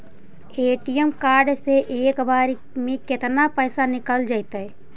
ATM card से एक बार में केतना पैसा निकल जइतै?